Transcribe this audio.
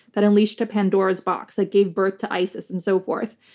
that unleashed a pandora's box, that gave birth to isis and so forth.